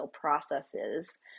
processes